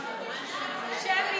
שמית.